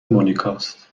مونیکاست